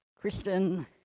Kristen